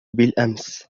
بالأمس